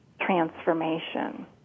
transformation